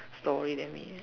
story than me